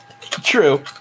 True